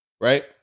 Right